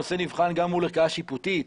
הנושא נבחן גם מול ערכאה שיפוטים,